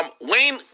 Wayne